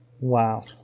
Wow